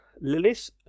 Lilith